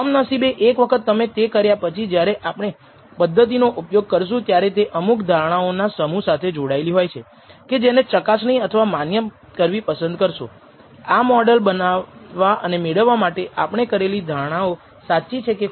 કમનસીબે એક વખત તમે તે કર્યા પછી જ્યારે આપણે તે પદ્ધતિનું ઉપયોગ કરશુ ત્યારે તે અમુક ધારણાઓ ના સમૂહ સાથે જોડાયેલી હોય છે કે જેને તમે ચકાસણી અથવા માન્ય કરવી પસંદ કરશો આ મોડલ મેળવવા માટે આપણે કરેલી ધારણાઓ સાચી છે કે ખોટી